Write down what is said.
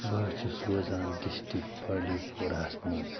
بہٕ حظ چھُس روزان ڈِسٹِرٛکٹ بانٛڈی پوراہَس منٛز